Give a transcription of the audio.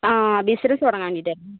ആ ബിസിനസ് തുടങ്ങാൻ വേണ്ടിയിട്ടായിരുന്നോ